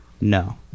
No